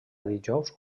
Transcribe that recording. dijous